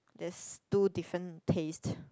there's two different taste